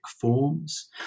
forms